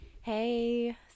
Hey